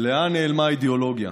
לאן נעלמה האידיאולוגיה?